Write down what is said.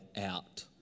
out